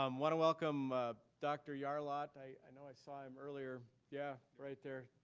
um wanna welcome dr. yarlott. i know i saw him earlier. yeah, right there.